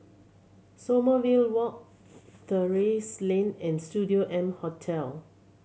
Sommerville Walk Terrasse Lane and Studio M Hotel